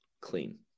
clean